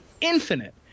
infinite